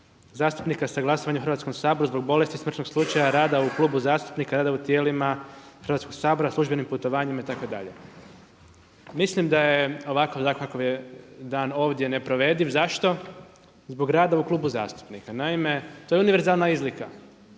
zastupnika sa glasovanja u Hrvatskom saboru, zbog bolesti, smrtnog slučaja, rada u klubu zastupnika, rada u tijelima Hrvatskog sabora, službenim putovanjima itd. Mislim da je ovakav zakon kako je dan ovdje neprovediv. Zašto? Zbog rada u klubu zastupnika. Naime, to je univerzalna izlika.